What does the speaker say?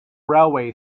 railway